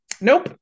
Nope